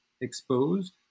exposed